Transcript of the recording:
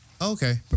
Okay